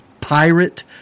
Pirate